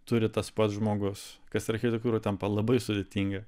turi tas pats žmogus kas architektūroj tampa labai sudėtinga